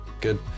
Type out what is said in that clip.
Good